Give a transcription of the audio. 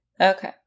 Okay